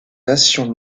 nations